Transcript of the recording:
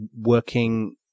working